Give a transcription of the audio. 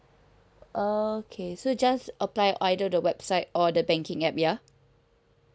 okay so just apply either the website or the banking app ya